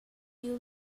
you